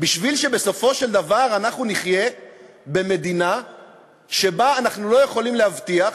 בשביל שבסופו של דבר אנחנו נחיה במדינה שבה אנחנו לא יכולים להבטיח,